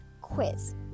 quiz